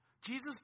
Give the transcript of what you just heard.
Jesus